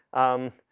um,